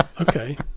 okay